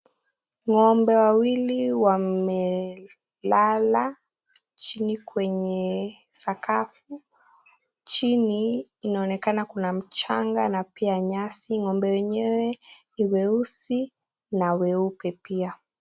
Ng'ombe wawili wamelala chini kwenye sakafu. Chini inaonekana kuna mchanga na pia nyasi. Ng'ombe wenyewe ni weusi na weupe pia.